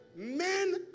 Men